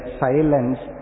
silence